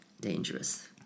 dangerous